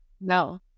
no